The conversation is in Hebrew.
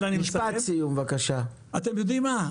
אתם יודעים מה,